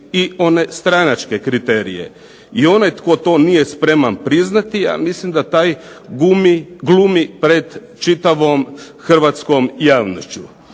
i one stranačke kriterije. I onaj tko to nije spreman priznati ja mislim da taj glumi pred čitavom hrvatskom javnošću.